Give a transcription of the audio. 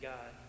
God